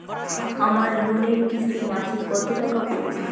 আমার লোনের কিস্তি মাসিক কত টাকা পড়বে?